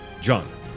John